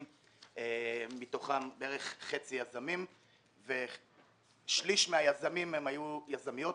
מתוכם כחצי יזמים ושליש מהיזמים היו יזמיות,